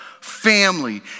family